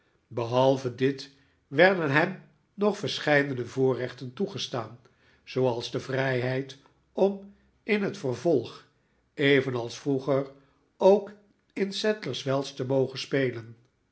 behalve dit werden hem nog verscheidene voorrechten toegestaan zooals de vrijheid om in het vervolg evenals vroeger ook in sadlers wells te mogen spelen